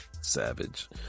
savage